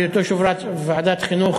בהיותו יושב-ראש ועדת החינוך,